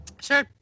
Sure